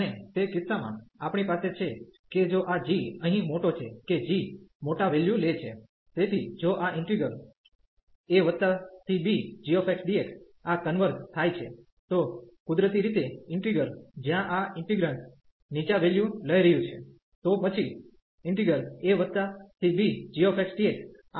અને તે કિસ્સામાં આપણી પાસે છે કે જો આ g અહીં મોટો છે કે g મોટા વેલ્યુ લે છે તેથી જો આ ઈન્ટિગ્રલ abgxdx આ કન્વર્ઝ થાય છે તો કુદરતી રીતે ઈન્ટિગ્રલ જ્યાં આ ઈન્ટિગ્રેન્ડ નીચા વેલ્યુ લઈ રહ્યું છે તો પછી abgxdx આ પણ આ કન્વર્ઝ થાય છે